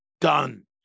done